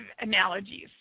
analogies